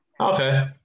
Okay